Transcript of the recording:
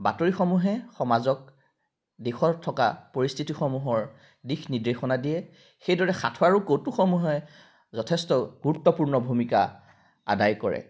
বাতৰিসমূহে সমাজক দেশত থকা পৰিস্থিতিসমূহৰ দিশ নিৰ্দেশনা দিয়ে সেইদৰে সাঁথৰ আৰু কৌতুকসমূহে যথেষ্ট গুৰুত্বপূৰ্ণ ভূমিকা আদায় কৰে